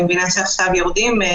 אני מבינה שעכשיו יורדים מזה.